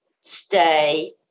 stay